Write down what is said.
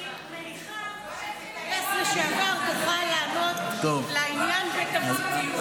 אני מניחה שכטייס לשעבר תוכל לענות לעניין בתמציתיות,